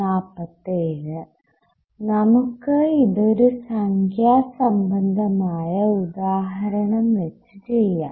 നമുക്ക് ഇതൊരു സംഖ്യാസംബന്ധമായ ഉദാഹരണം വെച്ച് ചെയ്യാം